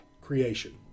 creation